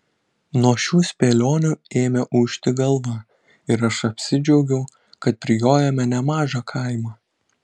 nuo šių spėlionių ėmė ūžti galva ir aš apsidžiaugiau kad prijojome nemažą kaimą